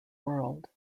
world